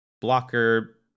blocker